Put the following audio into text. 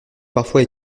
parfois